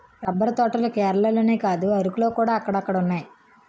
rubber తోటలు కేరళలోనే కాదు అరకులోకూడా అక్కడక్కడున్నాయి